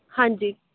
ਹਾਂਜੀ